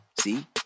See